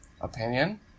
opinion